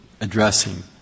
addressing